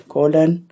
Colon